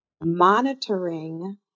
monitoring